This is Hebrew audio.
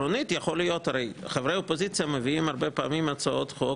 הרי חברי אופוזיציה מביאים הרבה פעמים הצעות חוק